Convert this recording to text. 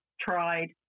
tried